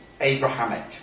Abrahamic